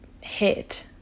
hit